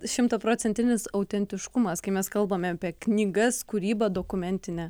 šimtaprocentinis autentiškumas kai mes kalbame apie knygas kūrybą dokumentinę